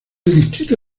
distrito